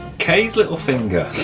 kay's little finger.